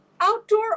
Outdoor